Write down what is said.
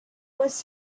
was